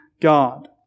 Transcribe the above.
God